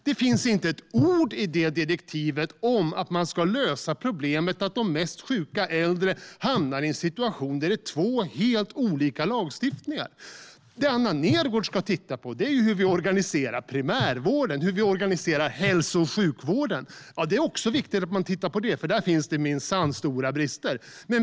Det finns inte ett ord i direktivet om att man ska lösa problemet att de mest sjuka äldre hamnar i en situation där det är två helt olika lagstiftningar. Det Anna Nergårdh ska titta på är hur vi organiserar primärvården och hälso och sjukvården. Det är viktigt att titta på det också, för där finns minsann stora brister.